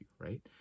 right